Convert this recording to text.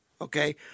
okay